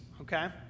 okay